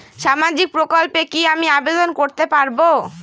সামাজিক প্রকল্পে কি আমি আবেদন করতে পারবো?